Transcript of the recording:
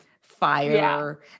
fire